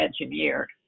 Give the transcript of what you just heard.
engineered